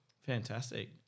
Fantastic